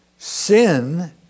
sin